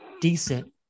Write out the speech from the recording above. decent